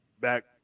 back